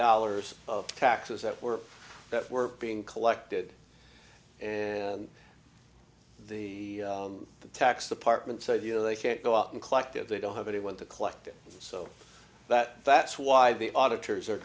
dollars of taxes that were that were being collected and the tax department said you know they can't go out and collect if they don't have anyone to collect it so that that's why the auditors are